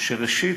שראשית,